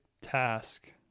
task